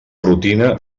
rutina